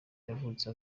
yavutse